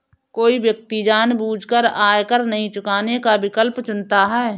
कोई व्यक्ति जानबूझकर आयकर नहीं चुकाने का विकल्प चुनता है